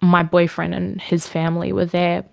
my boyfriend and his family where there